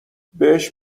بهش